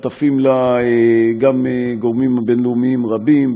שותפים לה גם גורמים בין-לאומיים רבים,